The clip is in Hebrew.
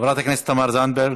חברת הכנסת תמר זנדברג,